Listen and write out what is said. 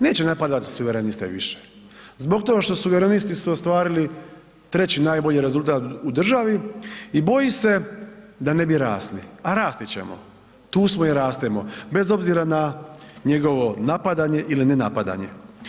Neće napadati suvereniste više zbog toga što su suverenisti ostvarili treći najbolji rezultat u državi i boji se da ne bi rasli a rasti ćemo, tu smo i rastemo bez obzira na njegovo napadanje ili nenapadanje.